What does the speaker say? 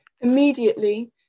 Immediately